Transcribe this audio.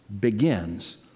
begins